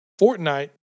Fortnite